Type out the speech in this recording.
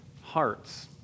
Hearts